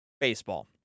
baseball